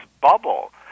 bubble